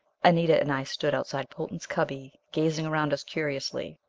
anita and i stood outside potan's cubby, gazing around us curiously.